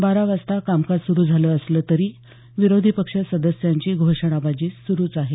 बारा वाजता कामकाज सुरू झालं असलं तरी विरोधीपक्ष सदस्यांची घोषणाबाजी सुरूच आहे